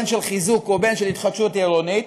בין של חיזוק ובין של התחדשות עירונית.